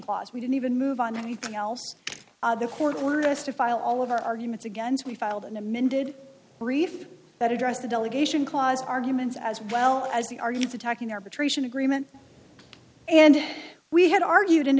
clause we didn't even move on anything else the court ordered us to file all of our arguments against we filed an amended brief that addressed the delegation clause arguments as well as the are you talking arbitration agreement and we had argued in